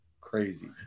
crazy